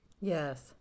yes